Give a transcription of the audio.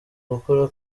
gukura